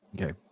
Okay